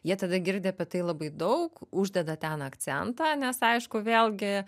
jie tada girdi apie tai labai daug uždeda ten akcentą nes aišku vėlgi